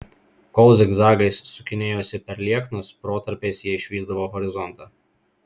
kol zigzagais sukinėjosi per lieknus protarpiais jie išvysdavo horizontą